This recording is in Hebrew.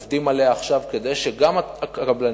עובדים עליה עכשיו כדי שגם הקבלנים,